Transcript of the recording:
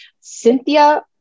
Cynthia